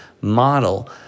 model